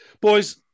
Boys